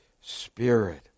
spirit